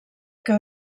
que